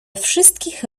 wszystkich